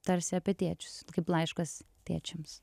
tarsi apie tėčius kaip laiškas tėčiams